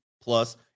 plus